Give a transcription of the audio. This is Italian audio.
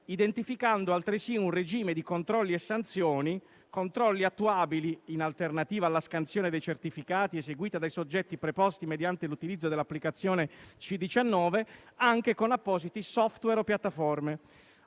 identificando altresì un regime di controlli e sanzioni, controlli attuabili - in alternativa alla scansione dei certificati eseguita dai soggetti preposti mediante l'utilizzo dell'APP C-19 - anche con appositi *software* o piattaforme;